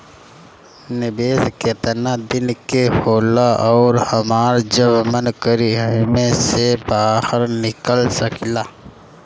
निवेस केतना दिन के होला अउर हमार जब मन करि एमे से बहार निकल सकिला?